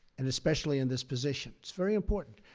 and especially in this position. it's very important.